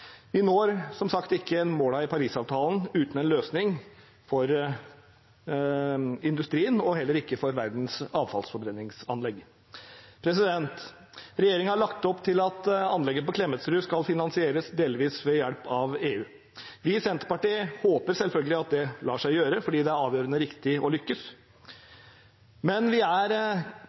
Vi når som sagt ikke målene i Parisavtalen uten en løsning for industrien og heller ikke uten en løsning for verdens avfallsforbrenningsanlegg. Regjeringen har lagt opp til at anlegget på Klemetsrud skal finansieres delvis ved hjelp av EU. Vi i Senterpartiet håper selvfølgelig at det lar seg gjøre, for det er avgjørende viktig å lykkes, men vi er